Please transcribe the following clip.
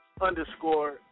Underscore